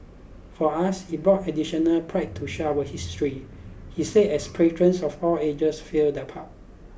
for us it brought additional pride to share our history he said as patrons of all ages filled the pub